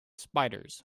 spiders